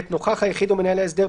(ב) נוכח היחיד או מנהל ההסדר,